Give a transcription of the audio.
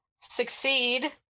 succeed